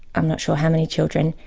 i'm not sure how many children,